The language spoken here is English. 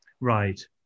right